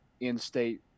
in-state